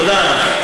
תודה רבה.